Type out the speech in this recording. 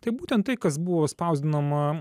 tai būtent tai kas buvo spausdinama